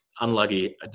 unlucky